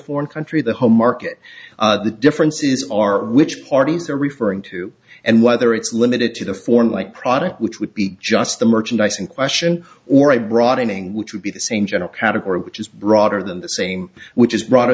foreign country the home market the differences are which parties are referring to and whether it's limited to the form like product which would be just the merchandise in question or a broadening which would be the same general category which is broader than the same which is broader